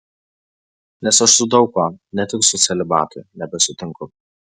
nes aš su daug kuom ne tik su celibatu nebesutinku